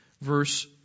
verse